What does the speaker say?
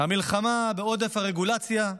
המלחמה בעודף הרגולציה,